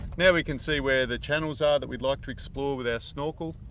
now we can see where the channels are that we'd like to explore with our snorkel.